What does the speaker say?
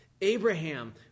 Abraham